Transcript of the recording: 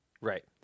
Right